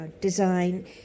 design